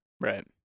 Right